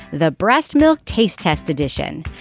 the breast milk taste test edition.